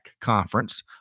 conference